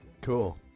Cool